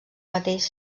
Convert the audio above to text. mateix